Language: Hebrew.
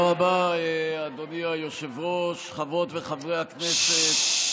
תודה רבה, אדוני היושב-ראש, חברות וחברי הכנסת,